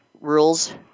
rules